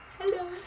Hello